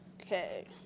Okay